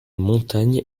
montagne